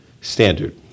standard